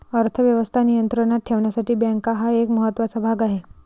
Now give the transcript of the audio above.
अर्थ व्यवस्था नियंत्रणात ठेवण्यासाठी बँका हा एक महत्त्वाचा भाग आहे